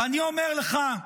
ואני אומר לך,